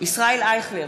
ישראל אייכלר,